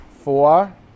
Four